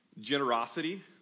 generosity